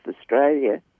Australia